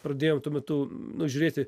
pradėjom tuo metu nu žiūrėti